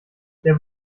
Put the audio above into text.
der